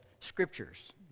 scriptures